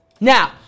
Now